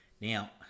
Now